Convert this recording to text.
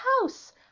house